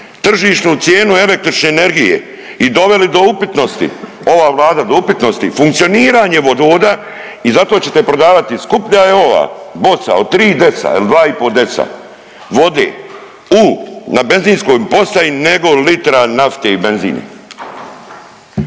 tržišnu cijenu električne energije i doveli do upitnosti, ova Vlada do upitnosti funkcioniranje vodovoda i zato ćete prodavati, skuplja je ova boca od 3 deca ili 2,5 deca vode u na benzinskoj postaji nego litra nafte i benzin.